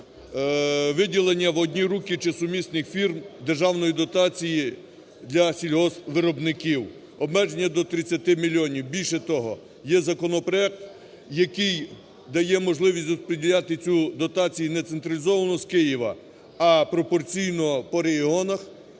виділення в одні руки чи сумісних фірм державної дотації для сільгоспвиробників – обмеження до 30 мільйонів. Більше того, є законопроект, який дає можливість розподіляти цю дотацію не централізовано з Києва, а пропорційно по регіонах